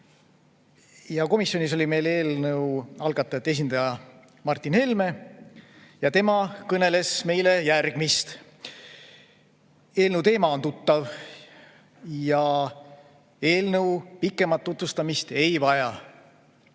Komisjonis oli meil eelnõu algatajate esindaja Martin Helme ja tema kõneles meile järgmist: eelnõu teema on tuttav ja eelnõu pikemat tutvustamist ei vaja.